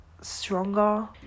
stronger